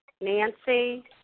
Nancy